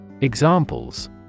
Examples